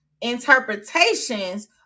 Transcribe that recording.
interpretations